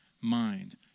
mind